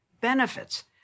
benefits